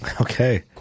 Okay